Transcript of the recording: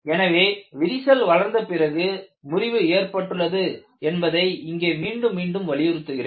எனவே விரிசல் வளர்ந்த பிறகு முறிவு ஏற்பட்டுள்ளது என்பதை இங்கே மீண்டும் மீண்டும் வலியுறுத்துகிறேன்